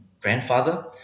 grandfather